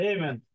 Amen